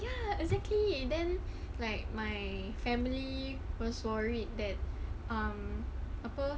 ya exactly then like my family was worried that um apa